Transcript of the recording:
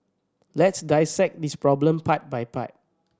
let's dissect this problem part by part